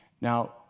Now